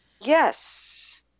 Yes